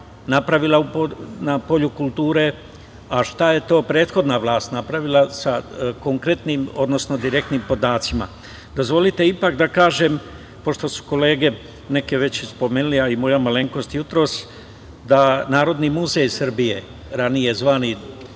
napravila na polju kulture, a šta je to prethodna vlast napravila sa konkretnim, odnosno direktnim podacima. Dozvolite ipak da kažem, pošto su kolege neke već i spomenule, a i moja malenkost jutros, da Narodni muzej Srbije, ranije zvani